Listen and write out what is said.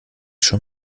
schon